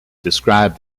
described